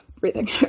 breathing